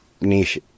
niche